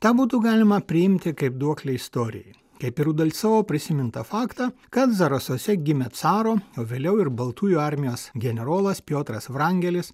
tą būtų galima priimti kaip duoklę istorijai kaip ir udalcovo prisimintą faktą kad zarasuose gimė caro o vėliau ir baltųjų armijos generolas piotras vrangelis